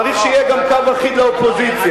צריך שיהיה גם קו אחיד לאופוזיציה,